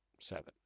seven